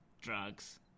Drugs